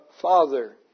Father